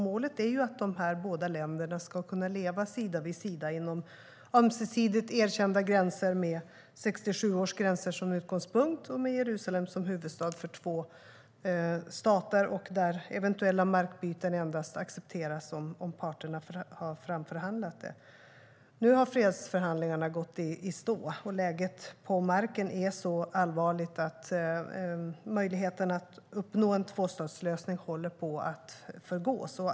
Målet är att de båda länderna ska kunna leva sida vid sida inom ömsesidigt erkända gränser med 1967 års gränser som utgångspunkt och med Jerusalem som huvudstad för två stater där eventuella markbyten endast accepteras om partnerna har framförhandlat det. Nu har fredsförhandlingarna gått i stå, och läget på marken är så allvarligt att möjligheten att uppnå en tvåstatslösning håller på att gå om intet.